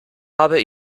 habe